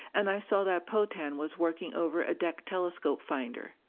and i saw that potan was working over a deck telescope finder.